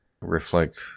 reflect